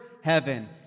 heaven